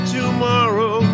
tomorrow